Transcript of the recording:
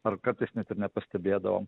ar kartais net ir nepastebėdavom